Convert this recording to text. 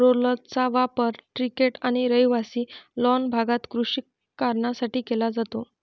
रोलर्सचा वापर क्रिकेट आणि रहिवासी लॉन भागात कृषी कारणांसाठी केला जातो